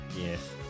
Yes